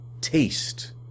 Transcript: taste